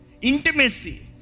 intimacy